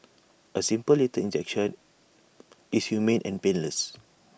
A simple lethal injection is humane and painless